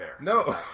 No